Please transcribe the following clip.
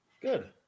Good